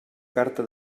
carta